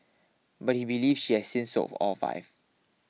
but he believes she has since sold all five